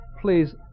Please